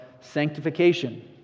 sanctification